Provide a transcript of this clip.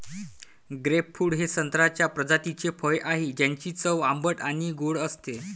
grapefruit हे संत्र्याच्या प्रजातीचे फळ आहे, ज्याची चव आंबट आणि गोड असते